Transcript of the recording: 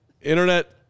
Internet